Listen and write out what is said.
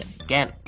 again